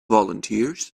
volunteers